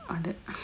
அட:ada